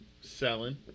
selling